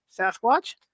sasquatch